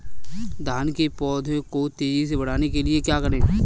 धान के पौधे को तेजी से बढ़ाने के लिए क्या करें?